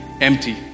empty